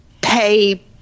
pay